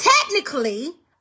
technically